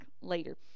later